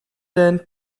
end